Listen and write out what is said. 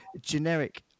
generic